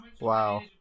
Wow